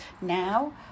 now